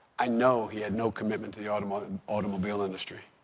i know he had no commitment to the automobile and automobile industry.